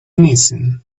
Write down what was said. missing